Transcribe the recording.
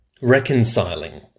reconciling